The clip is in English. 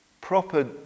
proper